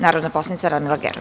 Narodna poslanica Radmila Gerov.